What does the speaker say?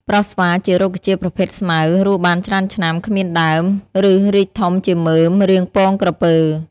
ប្រស់ស្វាជារុក្ខជាតិប្រភេទស្មៅ រស់បានច្រើនឆ្នាំ គ្មានដើម ឫសរីកធំជាមើម រាងពងក្រពើ។